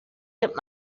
get